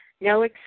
no